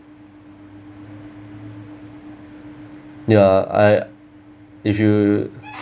ya I if you